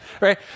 Right